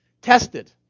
Tested